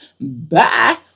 Bye